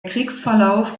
kriegsverlauf